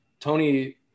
Tony